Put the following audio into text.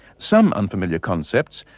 some unfamiliar concepts,